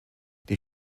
die